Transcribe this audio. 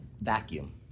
vacuum